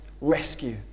rescue